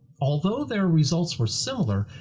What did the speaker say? although their results were similar,